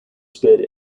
spared